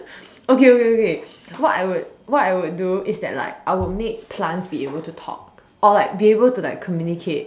okay okay okay what I would what I would do is that like I would make plants be able to talk or like be able to like communicate